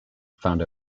found